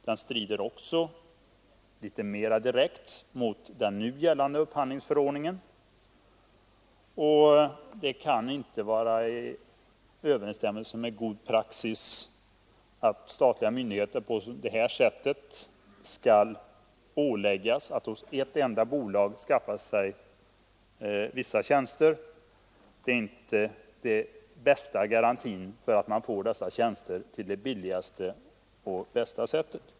Den strider också, litet mera direkt, mot den nu gällande upphandlingsförordningen, och det kan inte stå i överensstämmelse med god praxis att statliga myndigheter på detta sätt åläggs att hos ett enda bolag beställa vissa tjänster. Det är inte den bästa garantin för att man får dessa tjänster på det billigaste och bästa sättet.